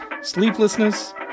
sleeplessness